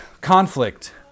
Conflict